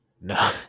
No